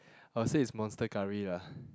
I would say it's monster-curry lah